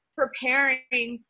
preparing